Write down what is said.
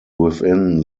within